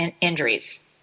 injuries